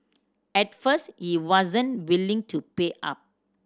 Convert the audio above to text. at first he wasn't willing to pay up